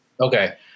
Okay